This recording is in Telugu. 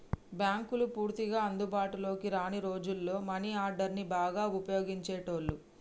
బ్యేంకులు పూర్తిగా అందుబాటులోకి రాని రోజుల్లో మనీ ఆర్డర్ని బాగా వుపయోగించేటోళ్ళు